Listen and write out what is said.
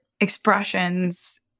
expressions